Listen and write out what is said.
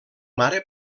mare